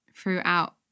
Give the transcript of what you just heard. throughout